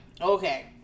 Okay